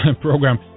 program